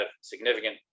significant